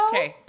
Okay